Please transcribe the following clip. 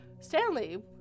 stanley